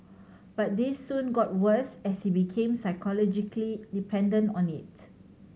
but this soon got worse as he became psychologically dependent on it